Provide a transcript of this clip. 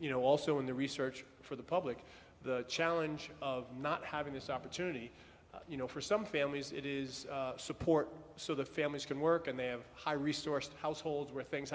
you know also in the research for the public the challenge of not having this opportunity you know for some families it is support so that families can work and they have high resource households where things